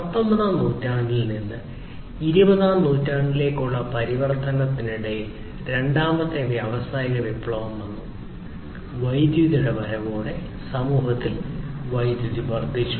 19 ആം നൂറ്റാണ്ടിൽ നിന്ന് 20 ആം നൂറ്റാണ്ടിലേക്കുള്ള പരിവർത്തനത്തിനിടയിൽ രണ്ടാമത്തെ വ്യാവസായിക വിപ്ലവം വന്നു വൈദ്യുതിയുടെ വരവോടെ സമൂഹത്തിൽ വൈദ്യുതി വർദ്ധിച്ചു